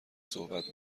صحبت